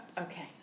Okay